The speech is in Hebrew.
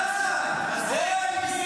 עד הלום,